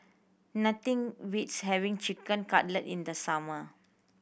nothing beats having Chicken Cutlet in the summer